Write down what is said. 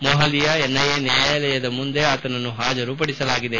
ಮೊಹಾಲಿಯ NIA ನ್ಲಾಯಾಲಯದ ಮುಂದೆ ಆತನನ್ನು ಹಾಜರುಪಡಿಸಲಾಗಿದೆ